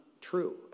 true